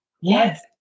Yes